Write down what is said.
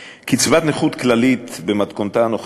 קצבת נכות כללית במתכונתה הנוכחית,